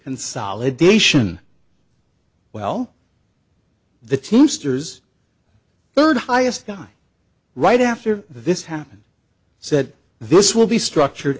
consolidation well the teamsters third highest guy right after this happened said this will be structured